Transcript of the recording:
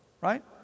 Right